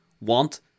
want